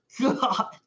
God